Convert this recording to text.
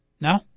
No